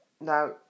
Now